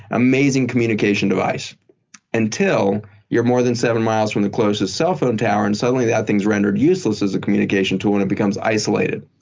amazing communication device until you're more than seven miles from the closest cell phone tower and suddenly that thing's rendered useless as a communication tool and it becomes isolated.